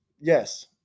yes